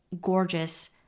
gorgeous